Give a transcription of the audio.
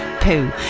poo